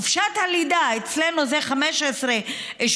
חופשת הלידה: אצלנו זה 15 שבועות,